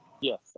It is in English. Yes